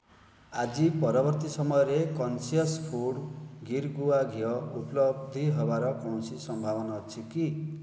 ଆଜି ପରବର୍ତ୍ତୀ ସମୟରେ କନସିଅସ୍ ଫୁଡ ଗିର୍ ଗୁଆ ଘିଅ ଉପଲବ୍ଧ ହେବାର କୌଣସି ସମ୍ଭାବନା ଅଛି କି